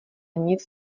nic